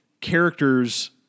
characters